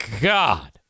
God